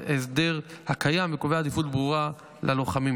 ההסדר הקיים וקובע עדיפות ברורה ללוחמים.